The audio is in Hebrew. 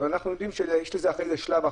אבל, אנחנו יודעים שיש לזה אחר כך שלב.